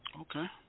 Okay